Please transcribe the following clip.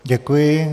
Děkuji.